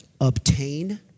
obtain